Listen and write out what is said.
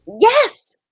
Yes